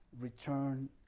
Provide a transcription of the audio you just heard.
return